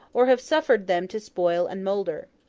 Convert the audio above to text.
or have suffered them to spoil and moulder.